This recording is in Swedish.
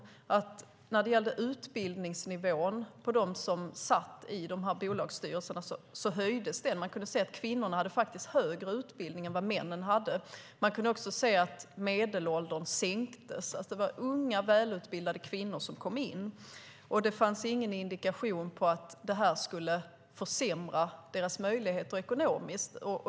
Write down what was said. Utbildningsnivån hos dem som satt i bolagsstyrelserna höjdes. Man kunde se att kvinnorna faktiskt hade högre utbildning än männen. Man kunde också se att medelåldern sänktes, att det var unga välutbildade kvinnor som kom in. Och det fanns ingen indikation på att det här skulle försämra deras möjligheter ekonomiskt.